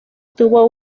tuvo